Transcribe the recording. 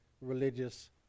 religious